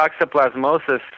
toxoplasmosis